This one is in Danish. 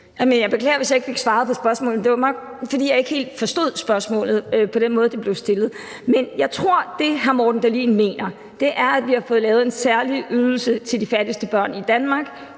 jeg beklager, hvis jeg ikke fik svaret på spørgsmålet, men det var nok, fordi jeg ikke helt forstod det på den måde, det blev stillet. Men jeg tror, at det, hr. Morten Dahlin mener, er, at vi har fået lavet en særlig ydelse til de fattigste børn i Danmark